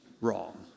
wrong